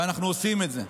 ואנחנו עושים את זה.